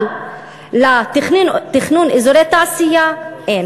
אבל לתכנון אזורי תעשייה אין.